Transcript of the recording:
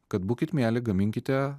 kad būkit mieli gaminkite